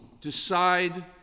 Decide